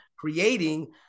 creating